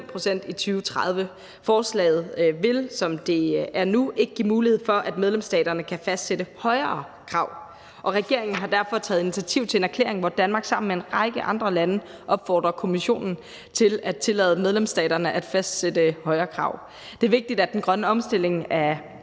pct. i 2030. Forslaget vil, som det er nu, ikke give mulighed for, at medlemsstaterne kan fastsætte højere krav. Regeringen har derfor taget initiativ til en erklæring, hvor Danmark sammen med en række andre lande opfordrer Kommissionen til at tillade medlemsstaterne at fastsætte højere krav. Det er vigtigt, at den grønne omstilling af